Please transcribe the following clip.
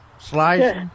slice